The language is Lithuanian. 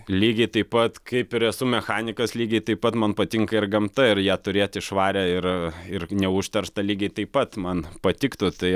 lygiai taip pat kaip ir esu mechanikas lygiai taip pat man patinka ir gamta ir ją turėti švarią ir ir neužterštą lygiai taip pat man patiktų tai